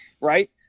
right